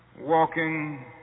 walking